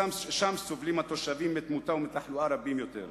שם סובלים התושבים מתמותה ומתחלואה רבות יותר.